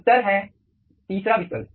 उत्तर है 3 विकल्प